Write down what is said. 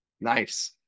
Nice